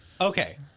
Okay